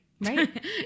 right